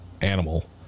animal